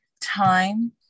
time